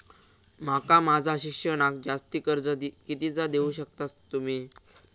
माका माझा शिक्षणाक जास्ती कर्ज कितीचा देऊ शकतास तुम्ही?